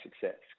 success